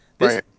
Right